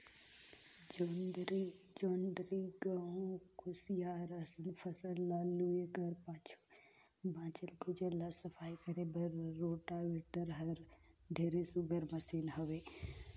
जोंधरी, गहूँ, कुसियार असन फसल ल लूए कर पाछू बाँचल खुचल ल सफई करे बर रोटावेटर हर ढेरे सुग्घर मसीन हवे